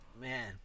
Man